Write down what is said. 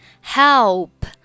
Help